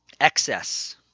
excess